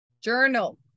Journal